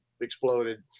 exploded